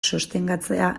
sostengatzea